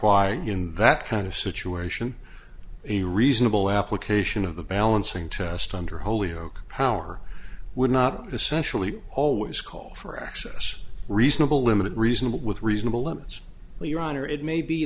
why in that kind of situation a reasonable application of the balancing test under holyoke power would not essentially always call for access reasonable limit reasonable with reasonable limits your honor it may be